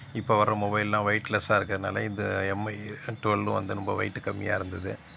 இப்போ வர்ற மொபைல்லாம் வெயிட்லெஸ்ஸாக இருக்கிறதுனால இந்த எம்ஐ ட்வல்லு வந்து ரொம்ப வெயிட்டு கம்மியாக இருந்தது